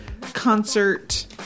concert